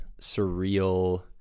surreal